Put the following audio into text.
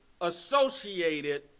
associated